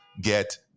get